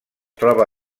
troba